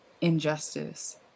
injustice